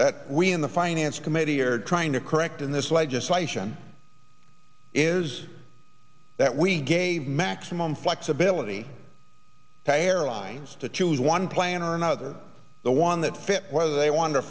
that we in the finance committee are trying to correct in this legislation is that we gave maximum flexibility airlines to choose one plan or another the one that fit whether they want t